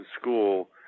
school